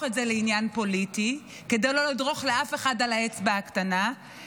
את זה לעניין פוליטי כדי לא לדרוך לאף אחד על האצבע הקטנה,